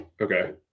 Okay